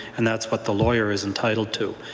and that's what the lawyer is entitled to.